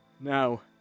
Now